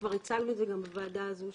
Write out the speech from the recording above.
וכבר הצגנו את זה גם בוועדה הזו,